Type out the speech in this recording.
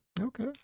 Okay